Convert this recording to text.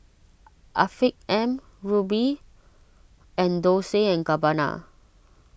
Afiq M Rubi and Dolce and Gabbana